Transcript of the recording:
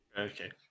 Okay